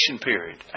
period